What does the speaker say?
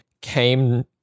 came